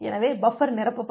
எனவே பஃபர் நிரப்பப்படும்